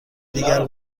دیگر